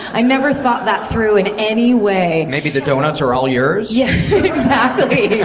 i never thought that through in any way. maybe the donuts are all yours? yeah exactly.